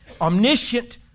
omniscient